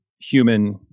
human